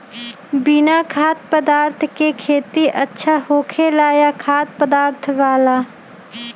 बिना खाद्य पदार्थ के खेती अच्छा होखेला या खाद्य पदार्थ वाला?